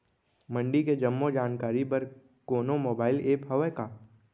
मंडी के जम्मो जानकारी बर कोनो मोबाइल ऐप्प हवय का?